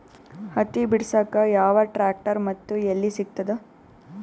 ಹತ್ತಿ ಬಿಡಸಕ್ ಯಾವ ಟ್ರ್ಯಾಕ್ಟರ್ ಮತ್ತು ಎಲ್ಲಿ ಸಿಗತದ?